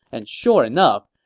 and sure enough,